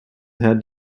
had